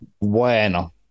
Bueno